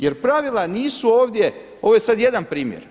Jer pravila nisu ovdje ovo je sad jedan primjer.